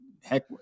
heck